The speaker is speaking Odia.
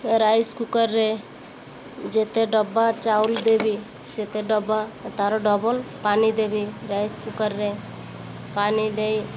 ରାଇସ୍ କୁକର୍ରେ ଯେତେ ଡବା ଚାଉଳ ଦେବି ସେତେ ଡବା ତା'ର ଡବଲ ପାଣି ଦେବି ରାଇସ୍ କୁକର୍ରେ ପାଣି ଦେଇ